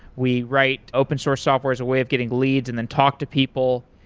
we write open-source software as a way of getting leads and then talk to people.